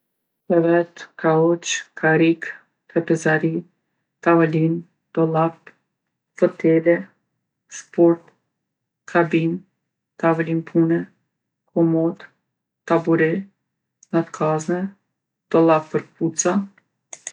Krevet, kauç, karrikë, trepezari, tavolinë, dollap, fotele, shportë, kabinë, tavolinë pune, komodë, tabure, natkazne, dollap për kpuca.